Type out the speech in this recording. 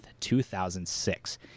2006